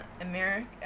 america